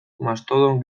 mastodon